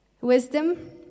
Wisdom